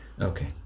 Okay